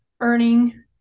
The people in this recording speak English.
earning